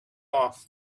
off